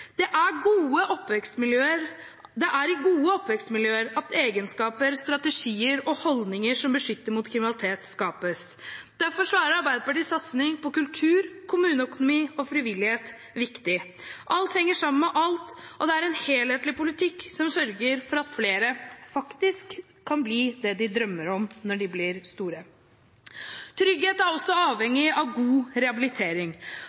Det er i gode oppvekstmiljøer at egenskaper, strategier og holdninger som beskytter mot kriminalitet, skapes. Derfor er Arbeiderpartiets satsing på kultur, kommuneøkonomi og frivillighet viktig. Alt henger sammen med alt, og det er en helhetlig politikk som sørger for at flere faktisk kan bli det de drømmer om når de blir store. Trygghet er også